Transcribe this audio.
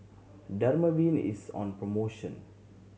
Dermaveen is on promotion